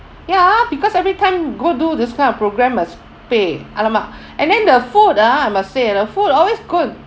ya because every time go do this kind of program must pay !alamak! and then the food ah I must say the food always cold